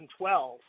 2012